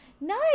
Nice